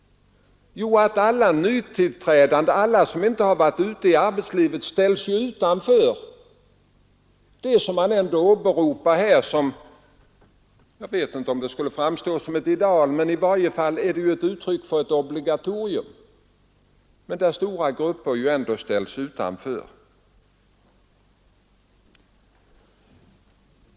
Jo, alla nytillträdande som inte varit ute i arbetslivet ställs utanför. Man åberopar det norska obligatoriet som något av ett ideal, men där ställs ändå stora grupper utanför.